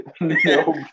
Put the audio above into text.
No